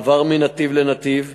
מעבר מנתיב לנתיב,